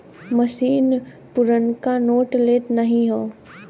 मसीन पुरनका नोट लेत नाहीं हौ